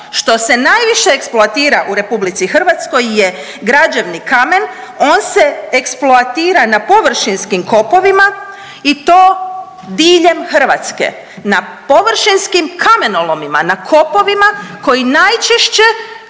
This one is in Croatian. što se najviše eksploatira u RH je građevni kamen on se eksploatira na površinskim kopovima i to diljem Hrvatske, na površinskim kamenolomima, na kopovima koji najčešće